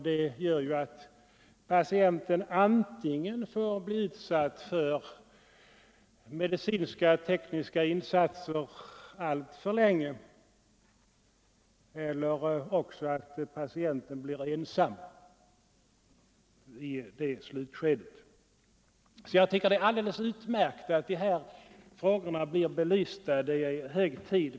Detta gör att patienten antingen blir utsatt för medicinska, tekniska insatser alltför länge eller också blir ensam i slutskedet. Jag tycker att det är utmärkt att dessa frågor blir belysta — det är hög tid.